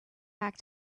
back